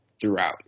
throughout